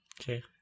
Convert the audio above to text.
Okay